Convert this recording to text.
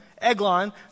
Eglon